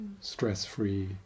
stress-free